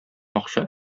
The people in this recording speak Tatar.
акча